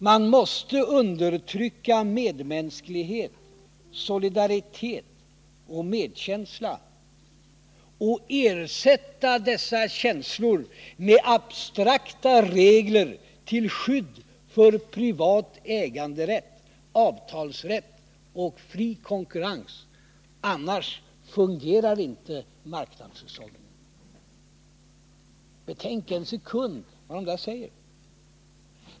Man måste undertrycka medmänsklighet, solidaritet och medkänsla och ersätta dessa känslor med abstrakta regler till skydd för privat äganderätt, avtalsrätt och fri konkurrens, annars fungerar inte marknadshushållningen. Betänk en sekund vad som sägs!